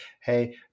hey